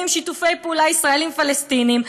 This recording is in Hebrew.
שיתופי פעולה ישראליים פלסטיניים,